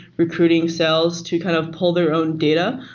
recruiting sales to kind of pull their own data.